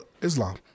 Islam